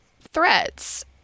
threats